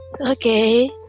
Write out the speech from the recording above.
Okay